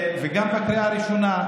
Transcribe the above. וגם בקריאה הראשונה,